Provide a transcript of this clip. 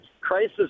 crisis